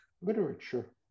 literature